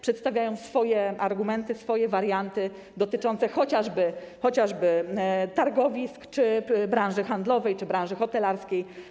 Przedstawiają swoje argumenty, swoje warianty dotyczące chociażby targowisk czy branży handlowej, czy branży hotelarskiej.